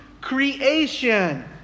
creation